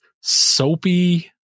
soapy